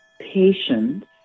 patience